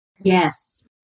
Yes